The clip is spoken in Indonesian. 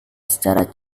secara